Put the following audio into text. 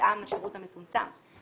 מותאם לשירות המצומצם.